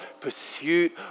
pursuit